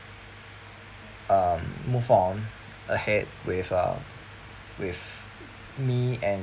um move on ahead with uh with me and